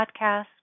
podcast